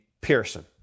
Pearson